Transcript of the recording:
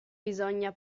bisogna